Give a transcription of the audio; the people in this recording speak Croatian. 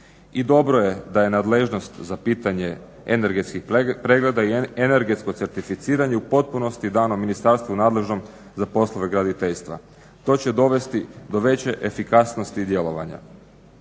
I dobro je da je nadležnost za pitanje energetskih pregleda i energetsko certificiranje u potpunosti dano Ministarstvu nadležnom za poslove graditeljstva. To će dovesti do veće efikasnosti i djelovanja.